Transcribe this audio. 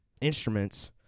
instruments